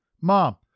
mom